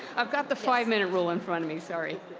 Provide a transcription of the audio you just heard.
i've got the five minute rule in front of me. sorry.